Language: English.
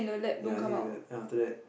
ya something like that then after that